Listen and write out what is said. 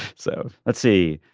so let's see.